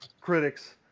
critics